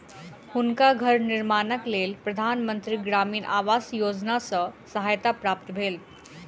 हुनका घर निर्माणक लेल प्रधान मंत्री ग्रामीण आवास योजना सॅ सहायता प्राप्त भेल